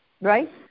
right